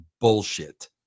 bullshit